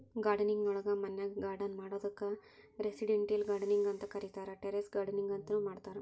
gardening ನೊಳಗ ಮನ್ಯಾಗ್ garden ಮಾಡೋದಕ್ಕ್ ರೆಸಿಡೆಂಟಿಯಲ್ ಗಾರ್ಡನಿಂಗ್ ಅಂತ ಕರೇತಾರ, ಟೆರೇಸ್ ಗಾರ್ಡನಿಂಗ್ ನು ಮಾಡ್ತಾರ